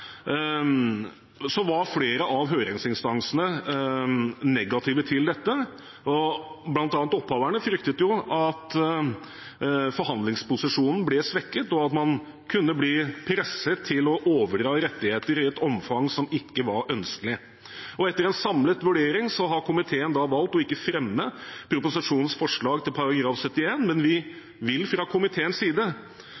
var flere av høringsinstansene negative til dette. Blant annet opphaverne fryktet at forhandlingsposisjonen ble svekket, og at man kunne bli presset til å overdra rettigheter i et omfang som ikke var ønskelig. Etter en samlet vurdering har komiteen da valgt å ikke fremme proposisjonens forslag til § 71, men vi